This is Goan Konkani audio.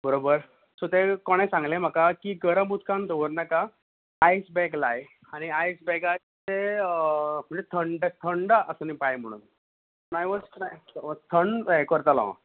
बरोबर सो तें कोणें सांगलें म्हाका की गरम उदकान दवरून नाका आयस बॅग लाय आनी आयस बॅगार तें म्हणजे थंड थंड आसुनी पांय म्हुणून माय थंड हें करतालो हांव